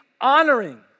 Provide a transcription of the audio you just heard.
honoring